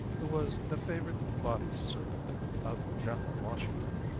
who was the favorite body-servant of general washington,